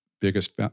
biggest